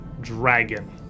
dragon